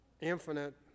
infinite